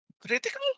critical